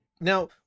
Now